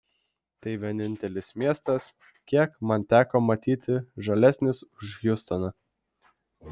tai vienintelis miestas kiek man teko matyti žalesnis už hjustoną